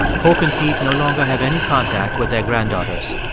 hope and pete no longer have any contact with their granddaughters.